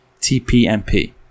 TPMP